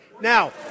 Now